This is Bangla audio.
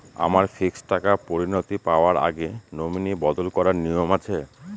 আমার ফিক্সড টাকা পরিনতি পাওয়ার আগে নমিনি বদল করার নিয়ম আছে?